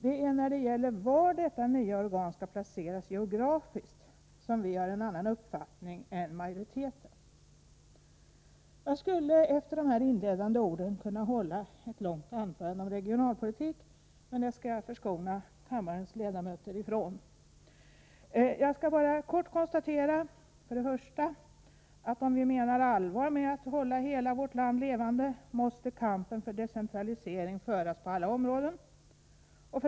Det är i fråga om var detta nya organ skall placeras geografiskt som vi har en annan uppfattning än majoriteten. Jag skulle efter dessa inledande ord kunna hålla ett långt anförande om regionalpolitik, men det skall jag förskona kammarens ledamöter ifrån. Jag vill bara kort konstatera: 1. Om vi menar allvar med att hålla hela vårt land levande, måste kampen för decentralisering föras på alla områden. 2.